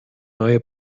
neue